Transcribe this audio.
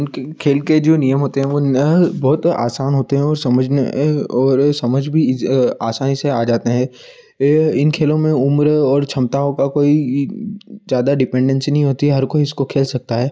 उनके खेल के जो नियम होते हैं वो ना बहुत आसान होते हैं और समझ में और समझ भी आसानी से आ जाते हैं इन खेलों में उम्र और क्षमताओं का कोई ज़्यादा डिपेन्डेन्सी नहीं होती है हर कोई इसको खेल सकता है